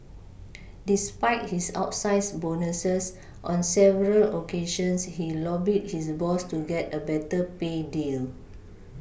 despite his outsize bonuses on several occasions he lobbied his boss to get a better pay deal